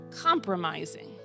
compromising